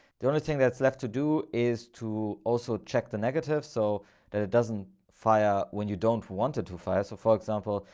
the only thing that's left to do is to also check the negative so that it doesn't fire when you don't want to fire. so for example,